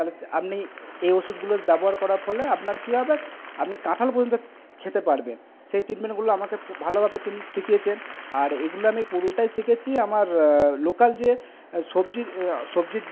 তালে আপনি এই ওষুধগুলো ব্যবহার করার ফলে আপনার কি হবে আপনি কাঁঠাল পর্যন্ত খেতে পারবেন সেই ট্রিটমেন্টগুলো আমাকে ভালোভাবে তিনি শিখিয়েছেন আর এগুলো আমি পুরোটাই শিখেছি আমার লোকাল যে সবজির সবজির